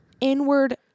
inward